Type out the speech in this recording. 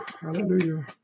Hallelujah